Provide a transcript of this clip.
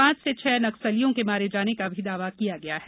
पांच से छह नक्सलियों के मारे जाने का भी दावा किया गया है